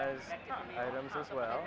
as well